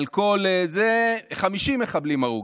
על כל זה, 50 מחבלים הרוגים,